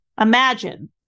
Imagine